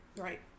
Right